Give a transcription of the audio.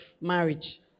marriage